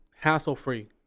hassle-free